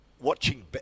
watching